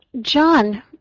John